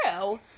true